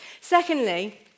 Secondly